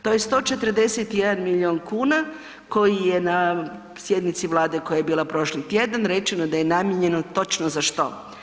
To je 141 milijun kuna koji je na sjednici Vlade koja je bila prošli tjedan, rečeno da je namijenjeno točno za što.